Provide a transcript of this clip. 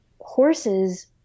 horses